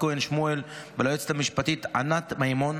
כהן שמואל וליועצת המשפטית ענת מימון.